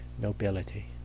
nobility